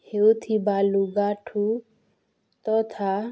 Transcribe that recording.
ହେଉଥିବା ଲୁଗାଠୁ ତଥା